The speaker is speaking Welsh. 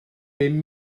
bum